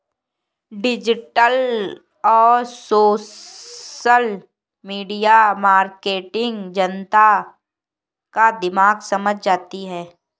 digital और social media marketing जनता का दिमाग समझ जाती है